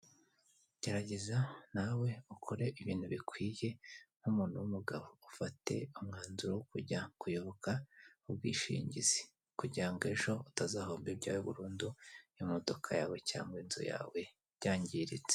Gerageza nawe ukore ibintu bikwiye nk'umuntu w'umugabo. Ufate umwanzuro wo kujya kuyoboka ubwishingizi. Kugira ngo ejo utazahomba ibyawe burundu, imodoka yawe cyangwa inzu yawe byangiritse.